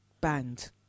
Banned